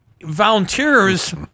volunteers